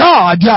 God